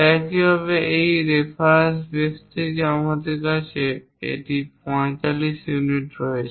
একইভাবে এই reference base থেকে আমাদের কাছে এটি 45 ইউনিট রয়েছে